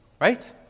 right